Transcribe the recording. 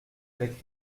avec